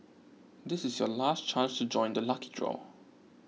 this is your last chance to join the lucky draw